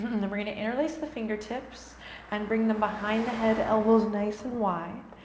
then we're going to interlace the fingertips and bring them behind the head, elbows nice and wide.